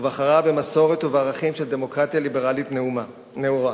ובחרו במסורת ובערכים של דמוקרטיה ליברלית נאורה.